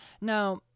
Now